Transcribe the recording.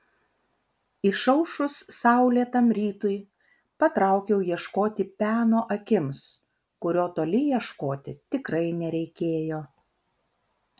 išaušus saulėtam rytui patraukiau ieškoti peno akims kurio toli ieškoti tikrai nereikėjo